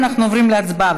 אנחנו עוברים להצבעה,